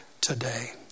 today